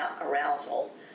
Arousal